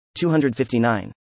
259